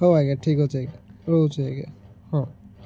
ହଉ ଆଜ୍ଞା ଠିକ୍ ଅଛି ଆଜ୍ଞା ରହୁଛି ଆଜ୍ଞା ହଁ